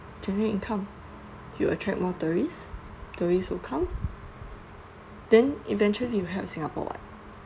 generate income it'll attract more tourists tourists will come then eventually it'll help singapore what